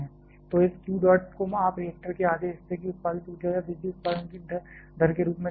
तो इस q dot को आप रिएक्टर के आधे हिस्से की उत्पादित ऊर्जा या बिजली उत्पादन की दर के रूप में देख सकते हैं